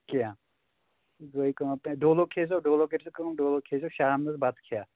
کیٚنٛہہ گے کٲم ڈولو کھیزیو ڈولو کٔرۍ زیو کٲم ڈولو کھیزیو شامَس بَتہٕ کھیٚتھ